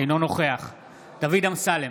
אינו נוכח דוד אמסלם,